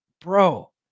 bro